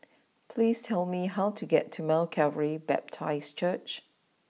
please tell me how to get to Mount Calvary Baptist Church